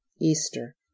Easter